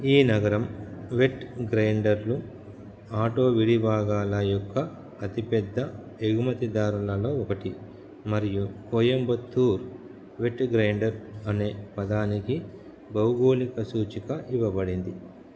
ఈ నగరం వెట్ గ్రైండర్లు ఆటో విడిభాగాల యొక్క అతిపెద్ద ఎగుమతిదారులలో ఒకటి మరియు కోయంబత్తూర్ వెట్ గ్రైండర్ అనే పదానికి భౌగోళిక సూచిక ఇవ్వబడింది